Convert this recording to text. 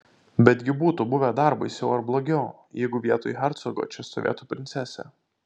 betgi būtų buvę dar baisiau ar blogiau jeigu vietoj hercogo čia stovėtų princesė